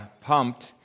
pumped